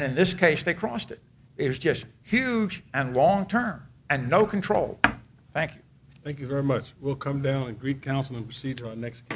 and in this case they crossed it is just huge and long term and no control thank you thank you very much will come down a great council